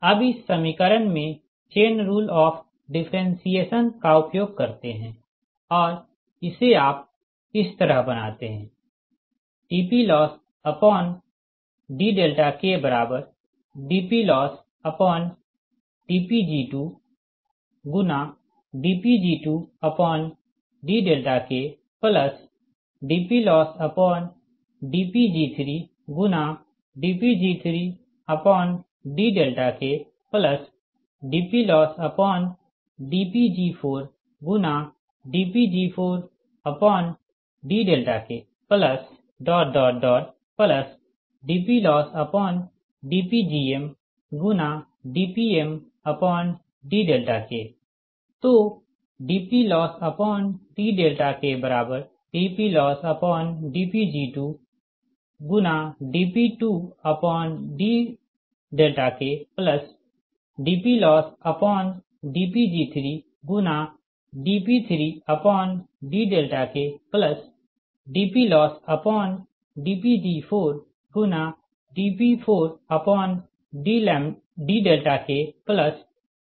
अब इस समीकरण में चेन रूल ऑफ़ डिफरेनसिएसन का उपयोग करते हैं और इसे आप इस तरह बनाते हैं dPLossdKdPLossdPg2dPg2dKdPLossdPg3dPg3dKdPLossdPg4dPg4dKdPLossdPgmdPmdK